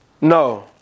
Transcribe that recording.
No